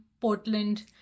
Portland